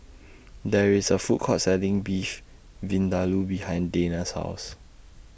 There IS A Food Court Selling Beef Vindaloo behind Deena's House